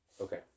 Okay